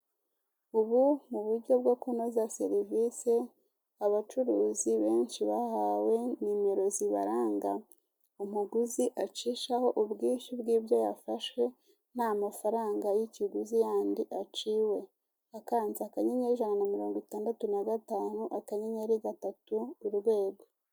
Ubu ni uburyo bwo kunoza serivise, abacuruzi benshi bahawe nimero zibaranga, umuguzi acishaho ubwishyu bw'ibyo yafashe, nta amafaranga y'ikiguzi yandi aciwe. Akanze akanyeyeri, ijana na mirongo idandatu na gatanu, akanyenyeri, gatatu, urwego.